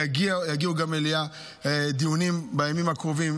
יגיעו גם דיונים במליאה בימים הקרובים.